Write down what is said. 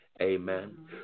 Amen